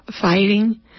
fighting